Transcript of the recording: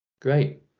Great